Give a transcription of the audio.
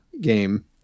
game